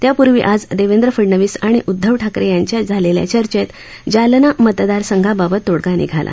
त्यापूर्वी आज देवेंद्र फडनवीस आणि उद्वव ठाकरे यांच्यात झालेल्या चर्चेत जालना मतदारसंघाबाबत तोडगा निघाला